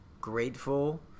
Grateful